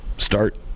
Start